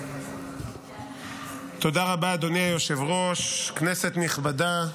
אדוני היושב-ראש, כנסת נכבדה,